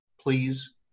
please